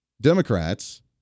Democrats